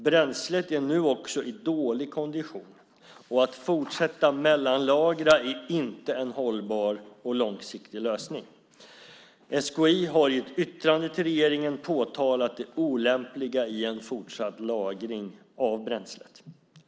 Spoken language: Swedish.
Bränslet är nu också i dålig kondition, och att fortsätta mellanlagra är inte en hållbar och långsiktig lösning. SKI har i ett yttrande till regeringen påtalat det olämpliga i en fortsatt lagring av bränslet.